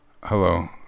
hello